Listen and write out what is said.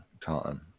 time